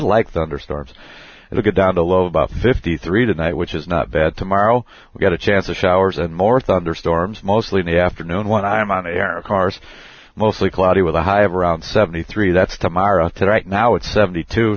like the other storms that get down to low about fifty three tonight which is not bad tomorrow we get a chance of showers and more thunderstorms mostly in the afternoon when i'm on air cars mostly cloudy with a high of around seventy three that's tomorrow right now it's seventy t